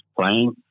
playing